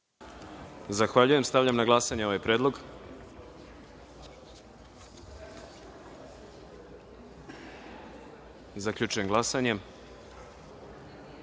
Zahvaljujem. Stavljam na glasanje ovaj predlog. Zaključujem glasanje